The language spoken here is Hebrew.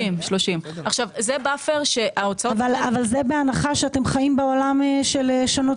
30. אבל זה בהנחה שאתם חיים בעולם של שנים